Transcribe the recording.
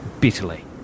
bitterly